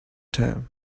term